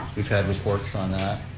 we've had reports on that.